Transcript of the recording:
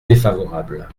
défavorable